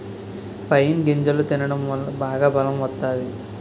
pine గింజలు తినడం వల్ల బాగా బలం వత్తాది